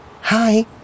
hi